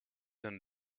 een